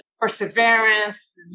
perseverance